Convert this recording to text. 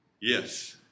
Yes